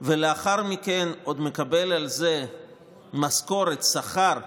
ולאחר מכן עוד מקבל על זה משכורת, שכר,